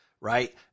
right